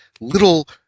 little